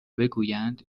بگویند